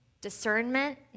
discernment